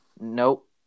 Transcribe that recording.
Nope